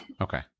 Okay